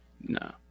No